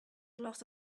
lot